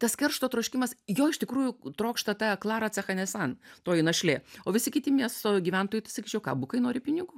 tas keršto troškimas jo iš tikrųjų trokšta ta klara cechanesan toji našlė o visi kiti miesto gyventojai tai sakyčiau ką bukai nori pinigų